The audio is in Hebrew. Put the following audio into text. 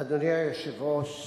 אדוני היושב-ראש,